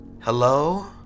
Hello